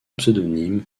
pseudonyme